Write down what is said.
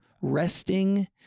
resting